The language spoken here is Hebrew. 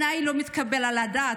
בעיניי זה לא מתקבל על הדעת.